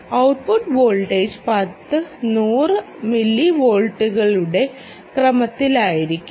output voltage 10 100 മില്ലിവോൾട്ടുകളുടെ ക്രമത്തിലായിരിക്കും